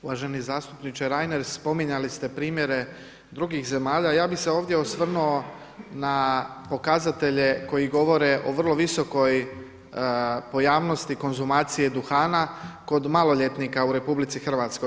Uvaženi zastupniče Reiner, spominjali ste primjere drugih zemalja a ja bih se ovdje osvrnuo na pokazatelje koji govore o vrlo visokoj pojavnosti konzumacije duhana kod maloljetnika u RH.